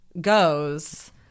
goes